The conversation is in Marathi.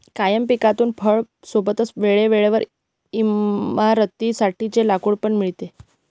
कायम पिकातून फळां सोबतच वेळे वेळेवर इमारतीं साठी चे लाकूड पण मिळते